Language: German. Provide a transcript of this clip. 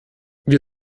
wir